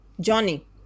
Johnny